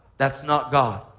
that's not god.